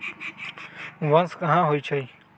बांस कहाँ होई छई